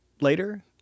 later